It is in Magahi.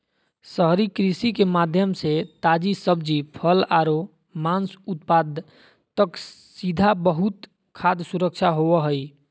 शहरी कृषि के माध्यम से ताजी सब्जि, फल आरो मांस उत्पाद तक सीधा पहुंच खाद्य सुरक्षा होव हई